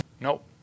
Nope